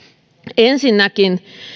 ensinnäkin